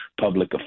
public